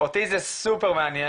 אותי זה מאוד מעניין.